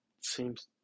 seems